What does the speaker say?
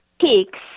peaks